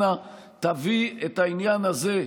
אנא תביא את העניין הזה,